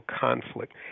conflict